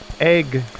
egg